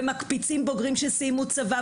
ומקפיצים בוגרים שסיימו צבא,